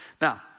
Now